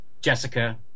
Jessica